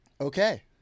Okay